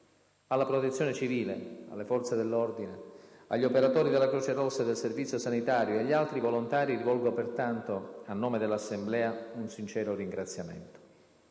Alla Protezione civile, alle forze dell'ordine, agli operatori della Croce rossa e del Servizio sanitario e agli altri volontari rivolgo pertanto, a nome dell'Assemblea, un sincero ringraziamento.